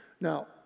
Now